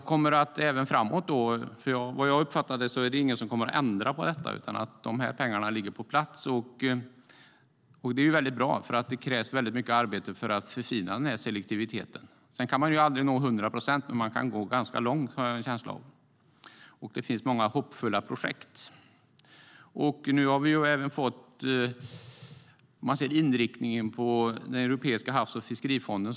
Som jag uppfattar det kommer ingen att ändra på detta, utan pengarna ligger på plats även framöver. Det är bra, för det krävs mycket arbete för att förfina selektiviteten. Man kan aldrig nå 100 procent, men jag har en känsla av att man kan nå ganska långt. Det finns många hoppingivande projekt. Vi har nu fått inriktningen på Europeiska havs och fiskerifonden.